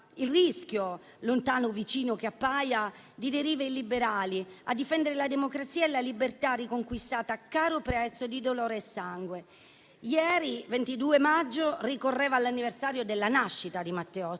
il rischio - lontano o vicino che appaia - di derive illiberali, a difendere la democrazia e la libertà riconquistata a caro prezzo di dolore e sangue. Ieri, 22 maggio, ricorreva l'anniversario della nascita di Matteotti.